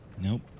Nope